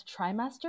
trimester